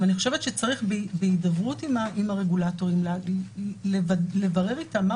צריך בהידברות עם הרגולטורים לברר איתם מה